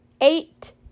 Eight